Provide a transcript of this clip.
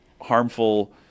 harmful